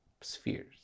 spheres